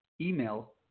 email